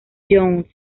young